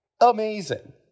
Amazing